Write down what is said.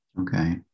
Okay